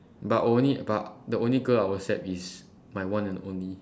but only but the only girl I will accept is my one and only